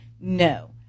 No